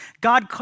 God